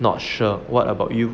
not sure what about you